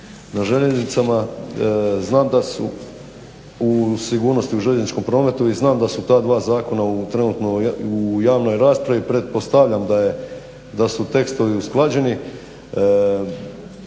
na željeznicama. Znam da su u sigurnosti u željezničkom prometu i znam da su ta dva zakona trenutno u javnoj raspravi. Pretpostavljam da su tekstovi usklađeni.